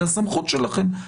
זו הסמכות שלכם.